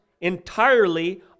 entirely